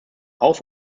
auf